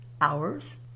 hours